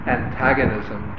antagonism